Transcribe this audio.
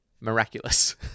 miraculous